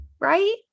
right